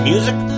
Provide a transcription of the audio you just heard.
Music